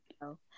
No